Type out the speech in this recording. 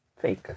Fake